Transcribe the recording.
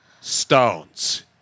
Stones